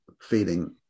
feeling